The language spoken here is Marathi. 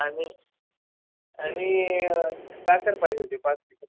आणि आणि साखर पाहिजे होती पाच किलो